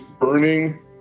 burning